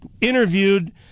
interviewed